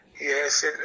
Yes